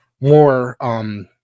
more –